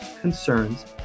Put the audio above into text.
concerns